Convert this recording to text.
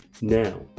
Now